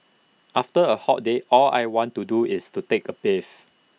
after A hot day all I want to do is to take A bathe